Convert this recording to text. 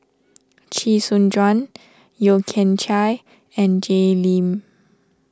Chee Soon Juan Yeo Kian Chai and Jay Lim